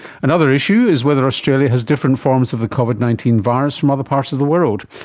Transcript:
another issue is whether australia has different forms of the covid nineteen virus from other parts of the world.